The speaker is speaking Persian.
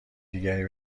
دیگری